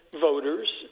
voters